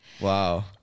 Wow